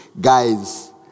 guys